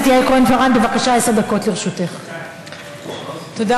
נעבור להצעה לסדר-היום בנושא: הצורך בהקמת